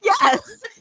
Yes